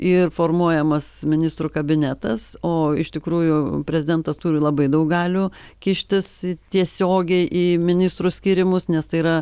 ir formuojamas ministrų kabinetas o iš tikrųjų prezidentas turi labai daug galių kištis tiesiogiai į ministrų skyrimus nes tai yra